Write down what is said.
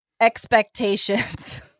expectations